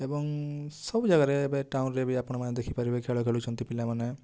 ଏବଂ ସବୁ ଜାଗାରେ ଏବେ ଟାଉନ୍ରେ ବି ଆପଣମାନେ ଦେଖିପାରିବେ ଖେଳ ଖେଳୁଛନ୍ତି ପିଲାମାନେ